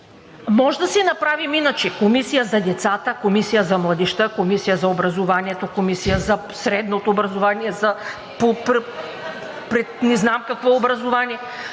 Можем да си направим иначе Комисия за децата, Комисия за младежта, Комисия за образованието, Комисия за средното образование, за не знам какво образование.